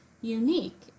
unique